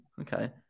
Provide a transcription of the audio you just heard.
Okay